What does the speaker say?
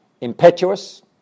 Impetuous